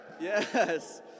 Yes